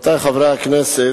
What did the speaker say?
רבותי חברי הכנסת,